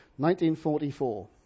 1944